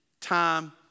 time